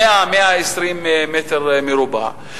100 120 מטר מרובע,